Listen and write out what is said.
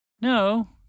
No